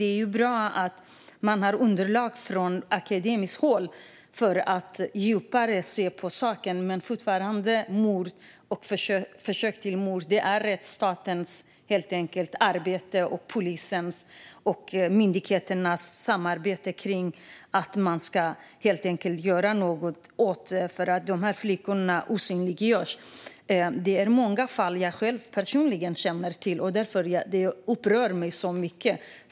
Det är bra att man har underlag från akademiskt håll för att se djupare på saken, men mord och försök till mord är fortfarande rättsstatens och polisens sak. Myndigheterna måste samarbeta för att göra något åt detta, för dessa flickor osynliggörs. Jag känner personligen till många fall, och de upprör mig mycket.